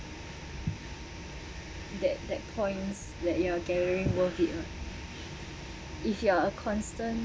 that that points like you're gathering worth it if you are a constant